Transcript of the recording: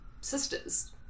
sisters